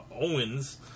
Owens